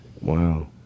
Wow